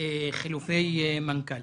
חילופי מנכ"ל.